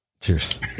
Cheers